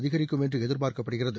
அதிகரிக்கும் என்று எதிர்பார்க்கப்படுகிறது